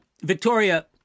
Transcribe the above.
Victoria